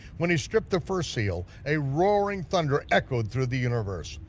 when he stripped the first seal, a roaring thunder echoed through the universe.